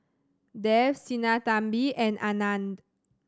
Dev Sinnathamby and Anand